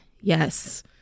Yes